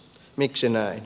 miksi näin